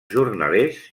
jornalers